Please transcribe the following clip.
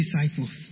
disciples